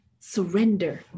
surrender